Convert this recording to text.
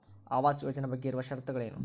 ಆವಾಸ್ ಯೋಜನೆ ಬಗ್ಗೆ ಇರುವ ಶರತ್ತುಗಳು ಏನು?